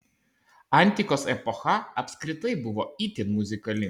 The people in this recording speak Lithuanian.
antikos epocha apskritai buvo itin muzikali